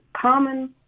common